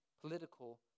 political